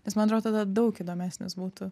nes man atrodo tada daug įdomesnis būtų